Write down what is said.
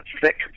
thick